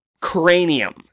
cranium